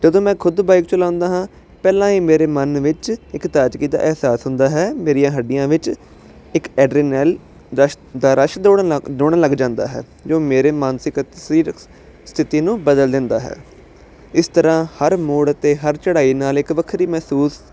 ਜਦੋਂ ਮੈਂ ਖੁਦ ਬਾਈਕ ਚਲਾਉਂਦਾ ਹਾਂ ਪਹਿਲਾਂ ਹੀ ਮੇਰੇ ਮਨ ਵਿੱਚ ਇੱਕ ਤਾਜ਼ਗੀ ਦਾ ਅਹਿਸਾਸ ਹੁੰਦਾ ਹੈ ਮੇਰੀਆਂ ਹੱਡੀਆਂ ਵਿੱਚ ਇੱਕ ਐਡਰਨਲ ਦਰਸ਼ ਦਾ ਰਸ ਦੋੜਨ ਲੱਗ ਦੋੜਨ ਲੱਗ ਜਾਂਦਾ ਹੈ ਜੋ ਮੇਰੇ ਮਾਨਸਿਕ ਅਤੇ ਸਰੀਰਿਕ ਸਥਿਤੀ ਨੂੰ ਬਦਲ ਦਿੰਦਾ ਹੈ ਇਸ ਤਰ੍ਹਾਂ ਹਰ ਮੋੜ ਅਤੇ ਹਰ ਚੜ੍ਹਾਈ ਨਾਲ ਇੱਕ ਵੱਖਰੀ ਮਹਿਸੂਸ